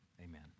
amen